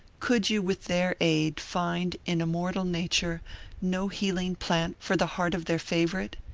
could you with their aid find in immortal nature no healing plant for the heart of their favorite?